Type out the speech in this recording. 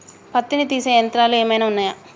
పత్తిని తీసే యంత్రాలు ఏమైనా ఉన్నయా?